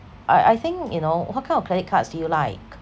I I think you know what kind of credit cards do you like